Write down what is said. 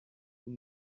vous